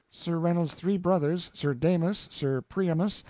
sir reynold's three brothers, sir damus, sir priamus,